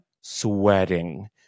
sweating